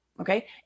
okay